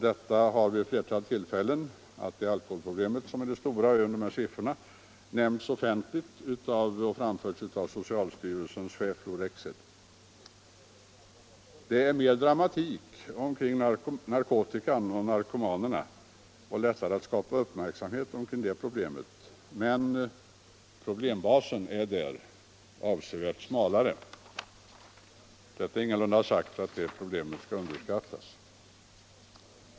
Att alkoholen utgör det verkligt stora problemet har vid ett flertal tillfällen offentligt framförts av socialstyrelsens chef Bror Rexed. Det är mer dramatik kring narkotikan och narkomanerna och lättare att skapa uppmärksamhet kring problemen där. Men problembasen är där avsevärt smalare. Därmed inte sagt att narkotikaproblemen skall underskattas.